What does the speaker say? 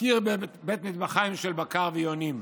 קיר בית מטבחיים של בקר ויונים.